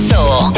Soul